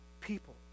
people